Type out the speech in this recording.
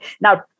Now